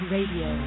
Radio